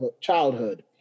childhood